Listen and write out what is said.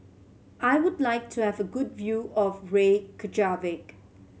I would like to have a good view of Reykjavik